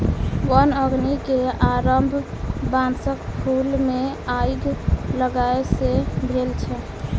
वन अग्नि के आरम्भ बांसक फूल मे आइग लागय सॅ भेल छल